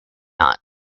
not